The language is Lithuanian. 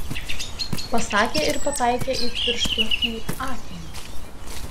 pasakė ir pataikė it pirštu į akinius